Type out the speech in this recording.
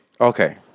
Okay